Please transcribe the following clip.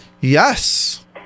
Yes